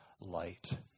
light